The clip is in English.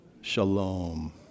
Shalom